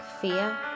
fear